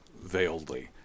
veiledly